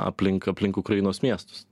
aplink aplink ukrainos miestus